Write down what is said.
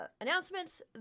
announcements